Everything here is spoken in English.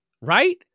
right